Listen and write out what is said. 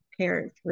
parents